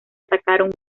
atacaron